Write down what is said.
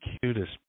cutest